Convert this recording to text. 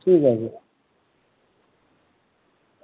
ठीक ऐ जी